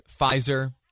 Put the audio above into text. Pfizer